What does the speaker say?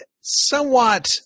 somewhat –